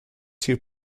two